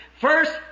first